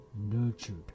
nurtured